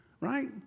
right